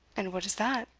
and what is that?